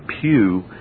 pew